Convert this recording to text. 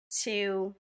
Two